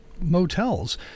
motels